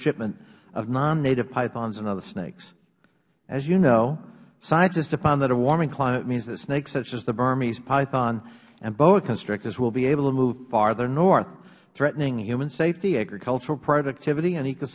shipment of non native pythons and other snakes as you know scientists have found that a warming climate means that snakes such as the burmese python and boa constrictors will be able to move farther north threatening human safety agricultural productivity and